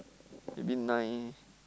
you mean nine